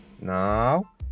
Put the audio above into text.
Now